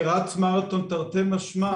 כרץ מרתון, תרתי משמע